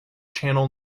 channel